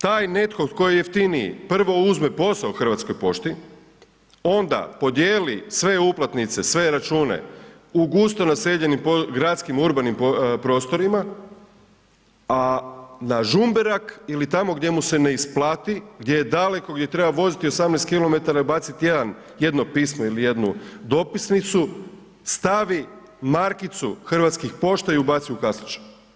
Taj netko tko je jeftiniji prvo uzme posao Hrvatskoj pošti, onda podijeli sve uplatnice, sve račune u gusto naseljenim gradskim urbanim prostorima, a na Žumberak ili tamo gdje mu se ne isplati, gdje je daleko gdje treba voziti 18 km i bacit jedan, jedno pismo ili jednu dopisnicu, stavi markicu Hrvatskih pošta i ubaci u kaslić.